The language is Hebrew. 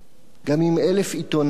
גם אם אלף עיתונאים,